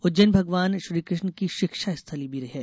उज्जैन भगवान श्रीकृ ष्ण की शिक्षा स्थली भी है